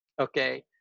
Okay